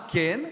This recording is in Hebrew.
מה כן?